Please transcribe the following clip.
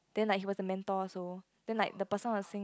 then like he was the mentor also then like the person will sing